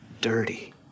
dirty